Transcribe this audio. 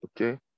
Okay